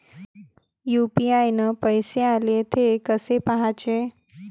UPI न पैसे आले, थे कसे पाहाचे?